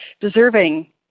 deserving